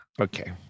Okay